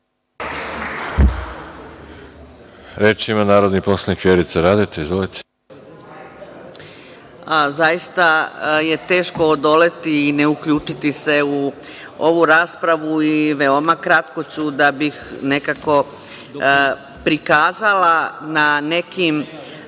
ima narodni poslanik Vjerica Radeta. **Vjerica Radeta** Zaista je teško odoleti i ne uključiti se u ovu raspravu i veoma kratko ću da bih nekako prikazala na nekim